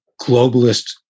globalist